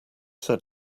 said